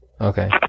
Okay